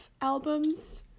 albums